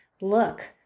look